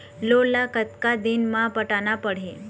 Loan ला कतका दिन मे पटाना पड़ही?